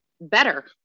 better